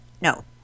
No